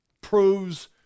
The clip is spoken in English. proves